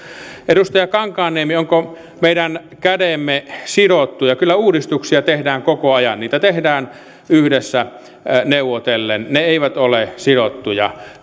edustaja kankaanniemi kysyi ovatko meidän kätemme sidotut kyllä uudistuksia tehdään koko ajan niitä tehdään yhdessä neuvotellen ne eivät ole sidottuja